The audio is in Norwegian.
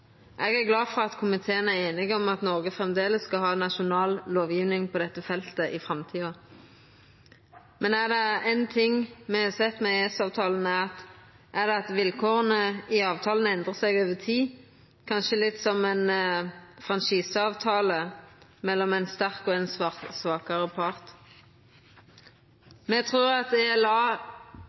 Eg er glad for at komiteen er einig om at Noreg framleis skal ha nasjonal lovgjeving på dette feltet i framtida. Men er det ein ting me har sett med EØS-avtalen, er det at vilkåra i avtalen endrar seg over tid, kanskje litt som ein franchiseavtale mellom ein sterk og ein svakare part. Me trur at